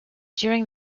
during